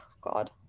god